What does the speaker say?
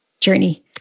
journey